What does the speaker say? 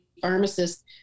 pharmacists